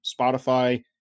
Spotify